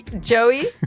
Joey